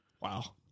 wow